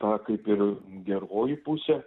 ta kaip ir geroji pusė